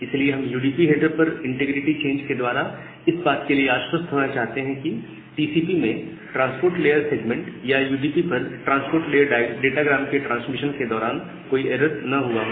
इसलिए हम UDP header पर इंटीग्रिटी चेंज के द्वारा इस बात के लिए आश्वस्त होना चाहते हैं कि टीसीपी में ट्रांसपोर्ट लेयर सेगमेंट या यूडीपी पर ट्रांसपोर्ट लेयर डाटाग्राम के ट्रांसमिशन के दौरान कोई एरर ना हुआ हो